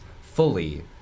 fully